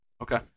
okay